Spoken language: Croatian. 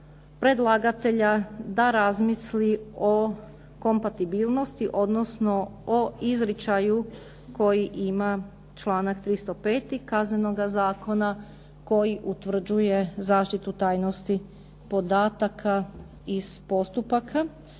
predlagatelja da razmisli o kompatibilnosti, odnosno o izričaju koji ima članak 305. Kaznenoga zakona koji utvrđuje zaštitu tajnosti podataka iz postupaka,